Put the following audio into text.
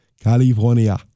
California